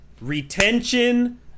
Retention